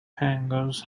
hangars